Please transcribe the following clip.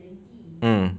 mm